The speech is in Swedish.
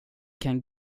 kan